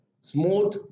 Smooth